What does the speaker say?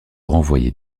renvoyer